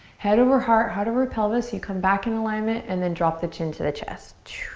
head over heart, heart over pelvis. you come back in alignment and then drop the chin to the chest.